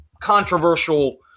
controversial